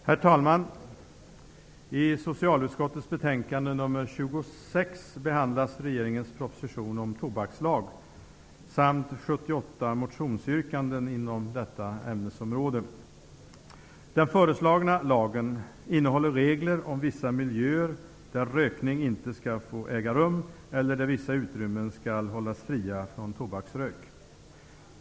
Herr talman! I socialutskottets betänkande nr 26 behandlas regeringens proposition om tobakslag samt 78 motionsyrkanden inom detta ämnesområde. Den föreslagna lagen innehåller regler om vissa miljöer där rökning inte skall få äga rum eller där vissa utrymmen skall hållas fria från tobaksrök.